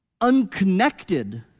unconnected